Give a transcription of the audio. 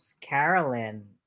carolyn